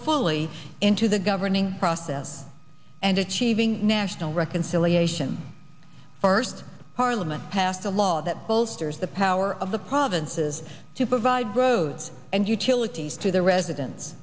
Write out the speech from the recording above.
fully into the governing process and achieving national reconciliation first parliament passed a law that bolsters the power of the provinces to provide bros and utilities to the residents